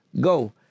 go